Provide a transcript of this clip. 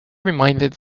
reminded